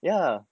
ya